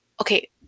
okay